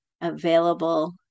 available